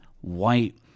white